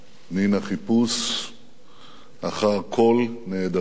מן החיפוש אחר כל נעדרינו.